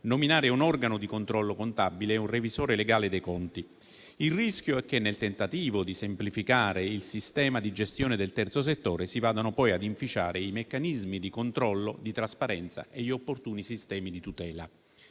nominare un organo di controllo contabile e un revisore legale dei conti. Il rischio è che, nel tentativo di semplificare il sistema di gestione del terzo settore, si vadano poi ad inficiare i meccanismi di controllo, di trasparenza e gli opportuni sistemi di tutela.